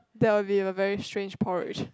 that will be a very strange porridge